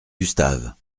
gustave